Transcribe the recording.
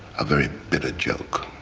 a very bitter joke,